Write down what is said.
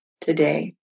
today